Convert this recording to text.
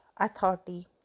Authority